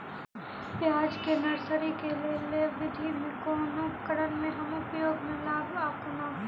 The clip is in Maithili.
प्याज केँ नर्सरी केँ लेल लेव विधि म केँ कुन उपकरण केँ हम उपयोग म लाब आ केना?